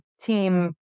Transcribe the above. team